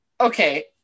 Okay